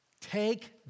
Take